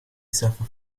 suffer